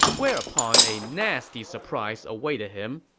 whereupon a nasty surprise awaited him.